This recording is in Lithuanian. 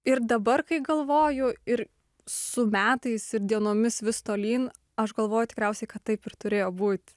ir dabar kai galvoju ir su metais ir dienomis vis tolyn aš galvoju tikriausiai kad taip ir turėjo būt